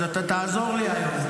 אז אתה תעזור לי היום,